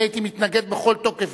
אני הייתי מתנגד בכל תוקף,